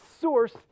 source